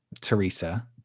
teresa